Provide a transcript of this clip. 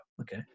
okay